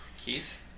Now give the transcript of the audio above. Keith